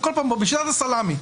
וזה נעשה בשיטת הסלאמי.